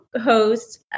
host